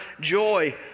joy